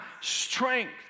strength